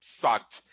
sucked